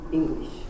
English